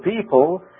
people